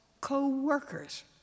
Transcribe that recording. co-workers